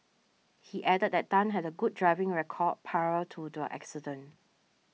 he added that Tan had a good driving record prior to the accident